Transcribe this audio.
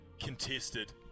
contested